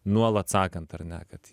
nuolat sakant ar ne kad